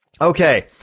Okay